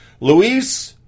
Luis